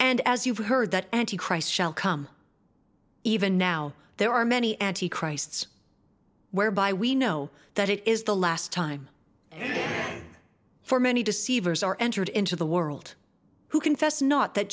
and as you've heard that anti christ shall come even now there are many anti christs whereby we know that it is the last time for many deceivers are entered into the world who confess not that